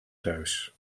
thuis